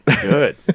good